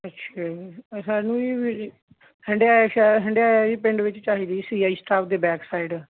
ਅੱਛਾ ਜੀ ਸਾਨੂੰ ਹੰਡਾਇਆ ਸ਼ਹਿ ਹੰਡਾਇਆ ਜੀ ਪਿੰਡ ਵਿੱਚ ਚਾਹੀਦੀ ਸੀ ਆਈ ਸਟਾਫ ਦੇ ਬੈਕ ਸਾਈਡ